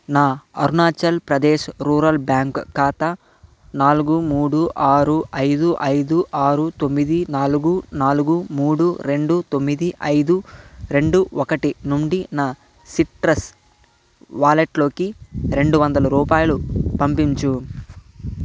నా Arunachal Pradesh rural bank ఖాతా నాలుగు మూడు ఆరు ఐదు ఐదు ఆరు తొమ్మిది నాలుగు నాలుగు మూడు రెండు తొమ్మిది ఐదు రెండు ఒకటి నుండి నా సిట్రస్ వాలెట్లోకి రెండు వందల రూపాయలు పంపించు